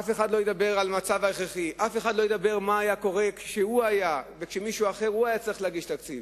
אף אחד לא יאמר מה היה קורה אם הוא היה צריך להגיש תקציב.